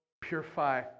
purify